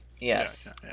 yes